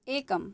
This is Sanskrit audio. एकम्